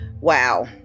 Wow